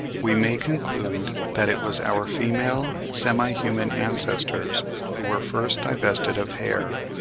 we may conclude that it was our female semi-human ancestors who were first divested of hair,